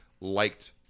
liked